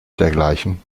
dergleichen